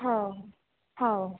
हो हो